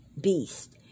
beast